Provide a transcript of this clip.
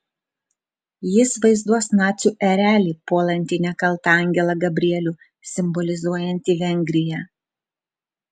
jis vaizduos nacių erelį puolantį nekaltą angelą gabrielių simbolizuojantį vengriją